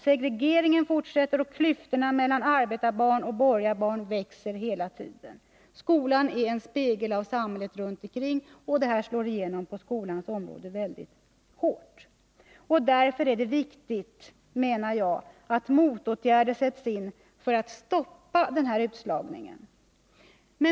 Segregeringen fortsätter, och klyftorna mellan arbetarbarn och borgarbarn växer hela tiden. Skolan är en spegel av samhället runt ikring den, och detta slår igenom väldigt hårt på skolans område. Därför anser jag att det är viktigt att motåtgärder sätts in för att stoppa den här utslagningen.